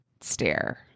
stare